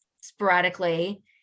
sporadically